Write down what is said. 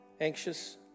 Anxious